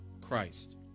Christ